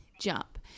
jump